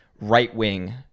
right-wing